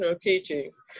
teachings